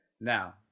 Now